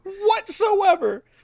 whatsoever